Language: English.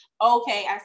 Okay